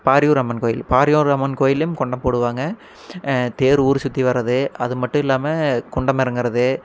பாரியூர் அம்மன் கோயில் பாரியூர் அம்மன் கோயிலையும் குண்டம் போடுவாங்க தேர் ஊர்சுற்றி வர்றது அதுமட்டும் இல்லாமல் குண்டம் இறங்குறது